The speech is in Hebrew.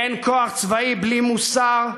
אין כוח צבאי בלי מוסר,